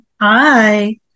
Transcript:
Hi